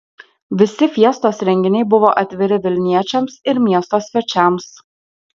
visi fiestos renginiai buvo atviri vilniečiams ir miesto svečiams